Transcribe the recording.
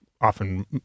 often